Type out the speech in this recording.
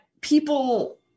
people